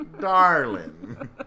Darling